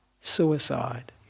Suicide